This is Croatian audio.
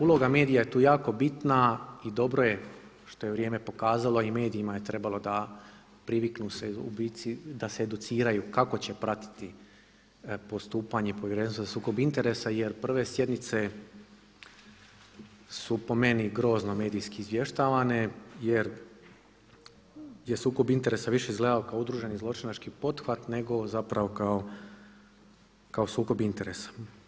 Uloga medija je tu jako bitna i dobro je što je vrijeme pokazalo i medijima je trebalo da priviknu se u biti da se educiraju kako će pratiti postupanje Povjerenstva za sukob interesa jer prve sjednice su po meni grozno medijski izvještavane jer je sukob interesa više izgledao kao udruženi zločinački pothvat nego zapravo kao sukob interesa.